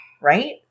Right